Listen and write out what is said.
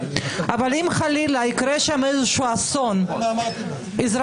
אבל אם חלילה יקרה שם איזשהו אסון אזרחי,